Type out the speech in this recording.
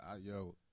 Yo